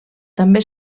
també